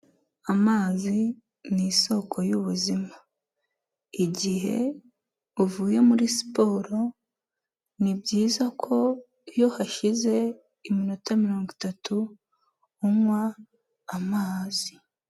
Amazi ni isoko y'ubuzima igihe uvuye muri siporo ni byiza ko iyo hashize iminota mirongo itatu unywa amazi.